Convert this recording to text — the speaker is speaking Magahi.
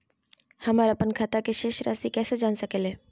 हमर अपन खाता के शेष रासि कैसे जान सके ला?